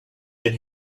and